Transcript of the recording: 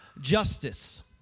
justice